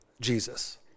Jesus